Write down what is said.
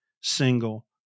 single